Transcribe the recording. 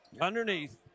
underneath